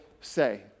say